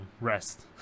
rest